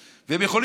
הם לא מסתדרים שם.